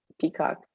peacock